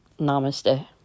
Namaste